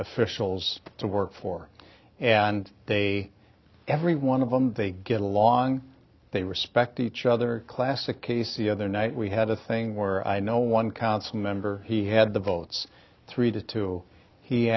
officials to work for and they every one of them they get along they respect each other classic case the other night we had a thing where i know one council member he had the votes three to two he